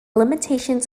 limitations